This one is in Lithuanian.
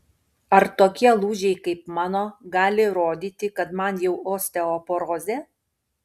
ar tokie lūžiai kaip mano gali rodyti kad man jau osteoporozė